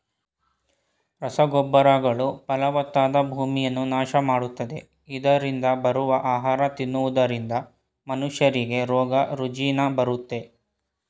ರಸಗೊಬ್ಬರಗಳು ಫಲವತ್ತಾದ ಭೂಮಿಯನ್ನ ನಾಶ ಮಾಡುತ್ತೆ, ಇದರರಿಂದ ಬರುವ ಆಹಾರ ತಿನ್ನುವುದರಿಂದ ಮನುಷ್ಯರಿಗೆ ರೋಗ ರುಜಿನ ಬರುತ್ತೆ